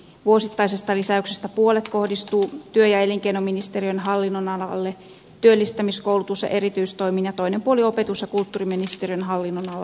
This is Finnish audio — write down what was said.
vuosittaisesta lisäyksestä puolet kohdistuu työ ja elinkeinoministeriön hallinnonalalle työllistämis koulutus ja erityistoimiin ja toinen puoli opetus ja kulttuuriministeriön hallinnonalalle